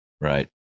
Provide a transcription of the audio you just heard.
Right